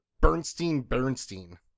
Bernstein-Bernstein